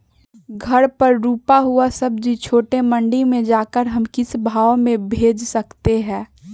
घर पर रूपा हुआ सब्जी छोटे मंडी में जाकर हम किस भाव में भेज सकते हैं?